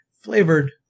Flavored